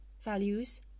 values